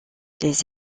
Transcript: les